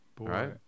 right